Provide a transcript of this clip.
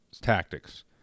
tactics